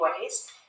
ways